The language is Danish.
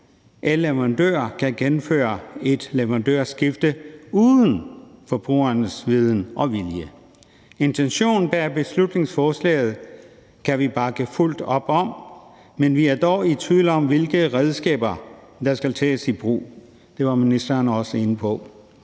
elleverandører kan gennemføre et leverandørskifte uden forbrugerens viden og vilje. Intentionen bag beslutningsforslaget kan vi bakke fuldt op om, men vi er dog i tvivl om, hvilke redskaber der skal tages i brug, og det var ministeren også inde på.